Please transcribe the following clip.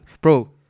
bro